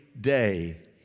day